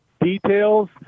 details